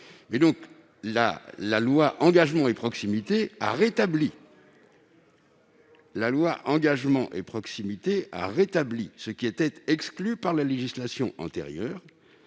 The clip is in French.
la loi Engagement et proximité a rétabli une disposition exclue par la législation antérieure.